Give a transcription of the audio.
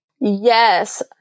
Yes